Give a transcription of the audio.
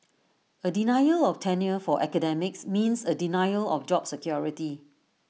A denial of tenure for academics means A denial of job security